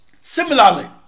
Similarly